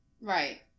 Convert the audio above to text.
Right